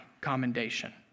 commendation